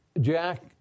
Jack